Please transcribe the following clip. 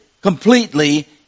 completely